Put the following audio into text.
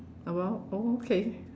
about oh okay